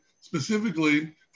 specifically